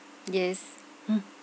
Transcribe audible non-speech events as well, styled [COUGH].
yes [NOISE]